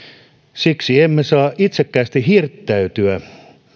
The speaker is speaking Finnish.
siksi emme saa itsekkäästi hirttäytyä